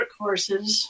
workhorses